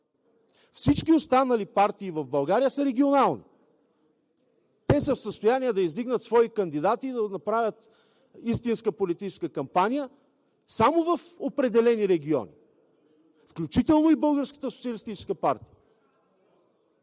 всички останали партии в България са регионални. Те са в състояние да издигнат свои кандидати и да направят истинска политическа кампания само в определени региони, включително и